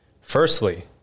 firstly